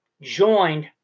joined